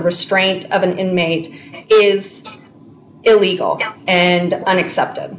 the restraint of an inmate is illegal and unacceptable